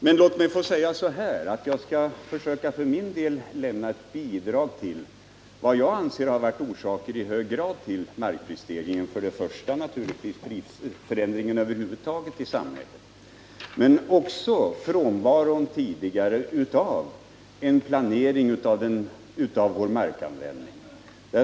Men låt mig försöka lämna ett bidrag till diskussionen genom att klargöra vad jag för min del anser i hög grad ha orsakat markprisstegringen. Naturligtvis är den främsta orsaken förändringarna över huvud taget i samhället, men en viktig orsak är också den tidigare frånvaron av en planering av vår markanvändning.